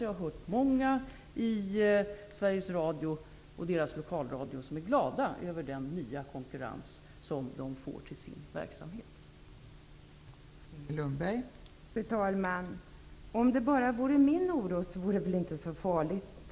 Jag har hört många i Sveriges Radio och dess lokalradio som är glada över den nya konkurrensen som deras verksamhet får.